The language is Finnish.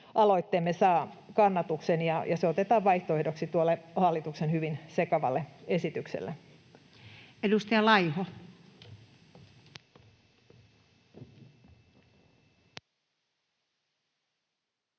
lakialoitteemme saa kannatuksen ja se otetaan vaihtoehdoksi hallituksen hyvin sekavalle esitykselle. Edustaja Laiho.